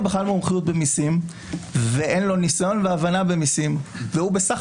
בכלל מומחיות במיסים ואין לו ניסיון והבנה במיסים והוא בסך